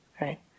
Right